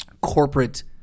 corporate